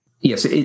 Yes